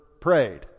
prayed